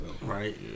Right